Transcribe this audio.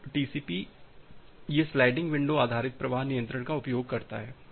तो टीसीपी यह sliding window आधारित प्रवाह नियंत्रण का उपयोग करता है